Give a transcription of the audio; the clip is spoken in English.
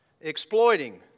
Exploiting